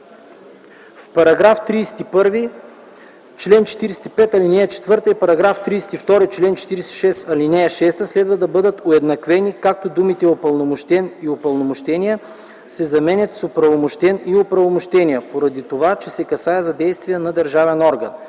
В § 31, чл. 45, ал. 4 и § 32, чл. 46, ал. 6 следва да бъдат уеднаквени, като думите „упълномощен” и „упълномощения” се заменят с „оправомощен” и „оправомощения”, поради това, че се касае за действия на държавен орган.